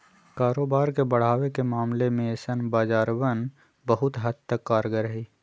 कारोबार के बढ़ावे के मामले में ऐसन बाजारवन बहुत हद तक कारगर हई